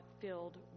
filled